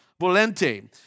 Volente